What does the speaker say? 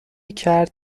کرد